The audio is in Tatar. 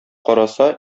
караса